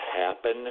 happen